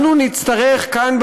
אנחנו נצטרך כאן,